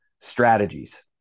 strategies